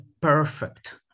perfect